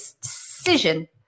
decision